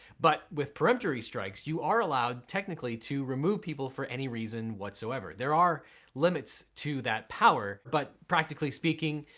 but with peremptory strikes, you are allowed, technically, to remove people for any reason whatsoever. there are limits to that power but practically speaking,